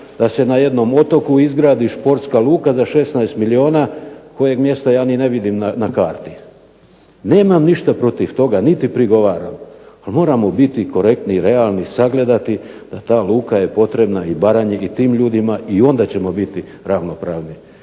da se na jednom otoku izgradi športska luka za 16 milijuna koje mjesto ja ni ne vidim na karti. Nemam ništa protiv toga niti prigovaram, ali moramo biti korektni i realni, sagledati da ta luka je potrebna i Baranji i tim ljudima i onda ćemo biti ravnopravni.